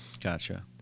gotcha